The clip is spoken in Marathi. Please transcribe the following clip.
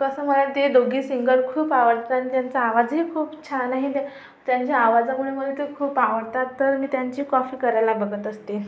कसं मला ते दोघी सिंगर खूप आवडता त्यांचा आवाजही खूप छान आहे तर त्यांच्या आवाजामुळे मला ते खूप आवडतात तर मी त्यांची कॉफी करायला बगत असते